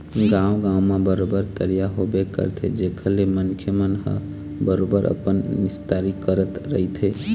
गाँव गाँव म बरोबर तरिया होबे करथे जेखर ले मनखे मन ह बरोबर अपन निस्तारी करत रहिथे